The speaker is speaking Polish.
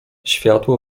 światło